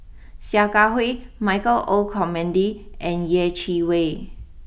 Sia Kah Hui Michael Olcomendy and Yeh Chi Wei